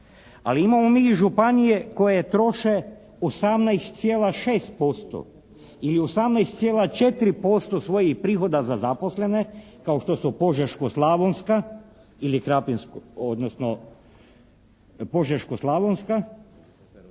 Ali imamo mi i županije koje troše 18,6% ili 18,4% svojih prihoda za zaposlene kao što su Požeško-slavonska ili Krapinsko odnosno Požeško-slavonska